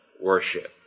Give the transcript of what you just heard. Worship